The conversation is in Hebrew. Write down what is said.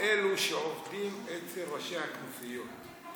אלו שעובדים אצל ראשי הכנופיות.